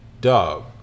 Dog